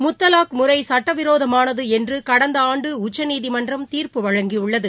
முத்தலாக் முறைசட்டவிரோதமானதுஎன்றுகடந்தஆண்டுஉச்சநீதிமன்றம் தீர்ப்பு வழங்கியுள்ளது